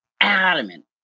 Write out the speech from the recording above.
adamant